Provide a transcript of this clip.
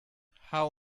how